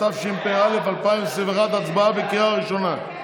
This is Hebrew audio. התשפ"א 2021, הצבעה בקריאה ראשונה.